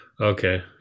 Okay